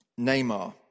Neymar